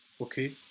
Okay